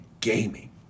gaming